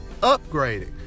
upgrading